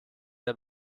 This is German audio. der